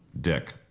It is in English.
dick